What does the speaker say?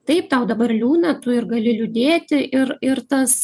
taip tau dabar liūdna tu ir gali liūdėti ir ir tas